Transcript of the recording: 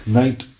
night